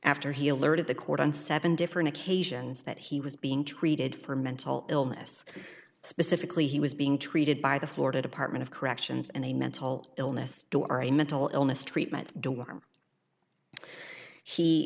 after he alerted the court on seven different occasions that he was being treated for mental illness specifically he was being treated by the florida department of corrections and a mental illness or a mental illness treatment dorm he